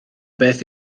beth